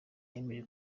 yemeye